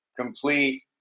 complete